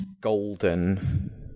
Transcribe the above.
golden